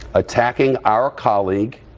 attacking our colleague.